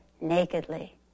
nakedly